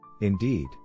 Indeed